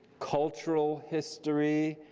cultural history,